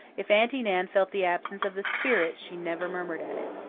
if aunty nan felt the absence of the spirit she never murmured at it.